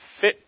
fit